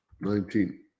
nineteen